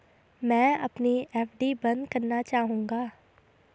मैं अपनी एफ.डी बंद करना चाहूंगा